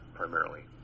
primarily